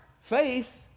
faith